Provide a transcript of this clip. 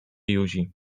józi